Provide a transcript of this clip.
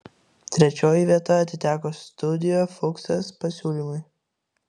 trečioji vieta atiteko studio fuksas pasiūlymui